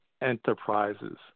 enterprises